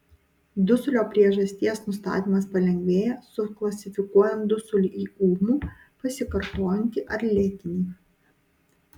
dusulio priežasties nustatymas palengvėja suklasifikuojant dusulį į ūmų pasikartojantį ar lėtinį